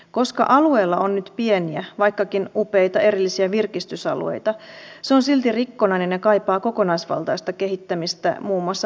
koska alueella on nyt pieniä vaikkakin upeita erillisiä virkistysalueita se on silti rikkonainen ja kaipaa kokonaisvaltaista kehittämistä muun muassa laajempia ulkoilureittejä